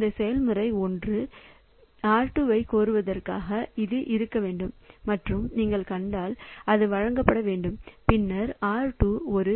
அந்த செயல்முறை 1 R2 ஐக் கோருவதாகவும் அது இருக்க வேண்டும் என்றும் நீங்கள் கண்டால் அது வழங்கப்பட வேண்டும் பின்னர் R2 ஒரு